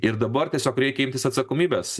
ir dabar tiesiog reikia imtis atsakomybės